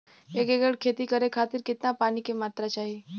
एक एकड़ खेती करे खातिर कितना पानी के मात्रा चाही?